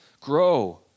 Grow